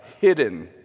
hidden